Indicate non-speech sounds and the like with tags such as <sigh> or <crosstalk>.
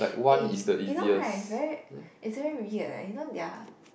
<noise> you know right it's very it's very weird leh you know their